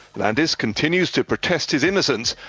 landis continues to protest his innocence,